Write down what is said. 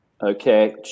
Okay